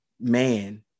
man